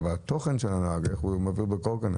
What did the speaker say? אבל את התוכן של הנהג, איך הוא מעביר בקורקינט?